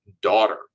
Daughter